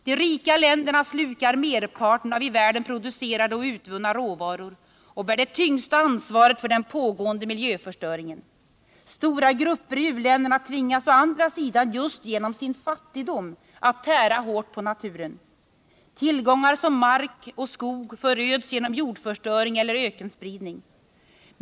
De rika länderna slukar merparten av i världen producerade och utvunna råvaror och bär det tyngsta ansvaret för den pågående miljöförstöringen. Stora grupper i u-länderna tvingas å andra sidan just genom sin fattigdom att tära hårt på naturen. Tillgångar som mark och skog föröds genom jordförstöring eller ökenspridning.